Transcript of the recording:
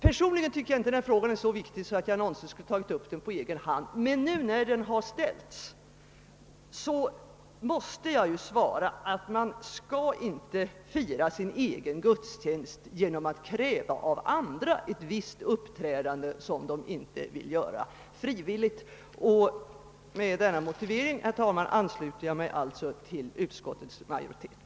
Personligen tycker jag inte att denna fråga är så viktig, att jag någonsin skulle ha tagit upp den på egen hand, men nu när den har ställts måste jag svara att man inte skall fira sin egen gudstjänst genom att av andra kräva ett visst uppträdande, som dessa inte frivilligt vill visa. Med denna motivering, herr talman, ansluter jag mig till utskottsmajoriteten.